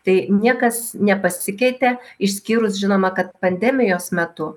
tai niekas nepasikeitė išskyrus žinoma kad pandemijos metu